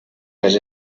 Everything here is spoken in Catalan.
les